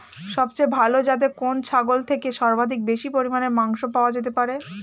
সবচেয়ে ভালো যাতে কোন ছাগল থেকে সর্বাধিক বেশি পরিমাণে মাংস পাওয়া যেতে পারে?